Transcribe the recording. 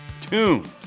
tuned